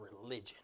religion